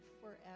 forever